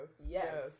Yes